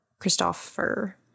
christopher